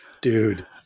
Dude